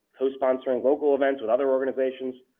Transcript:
co-sponsoring local events with other organizations,